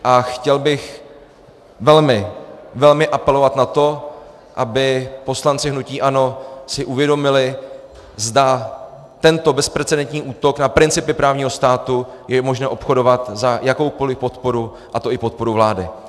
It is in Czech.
A chtěl bych velmi apelovat na to, aby si poslanci hnutí ANO si uvědomili, zda tento bezprecedentní útok na principy právního státu je možno obchodovat za jakoukoliv podporu, a to i podporu vlády.